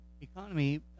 economy